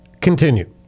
Continue